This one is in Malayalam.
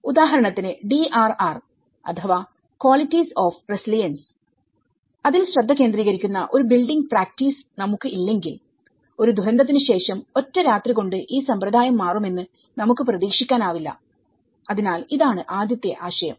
ഉദാഹരണത്തിന് DRR അഥവാ ക്വാളിറ്റിസ് ഓഫ് റെസിലിഎൻസ് ൽ ശ്രദ്ധ കേന്ദ്രീകരിക്കുന്ന ഒരു ബിൽഡിംഗ് പ്രാക്ടീസ് നമുക്ക് ഇല്ലെങ്കിൽ ഒരു ദുരന്തത്തിന് ശേഷം ഒറ്റരാത്രികൊണ്ട് ഈ സമ്പ്രദായം മാറുമെന്ന് നമുക്ക് പ്രതീക്ഷിക്കാനാവില്ല അതിനാൽ ഇതാണ് ആദ്യത്തെ ആശയം